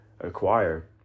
acquire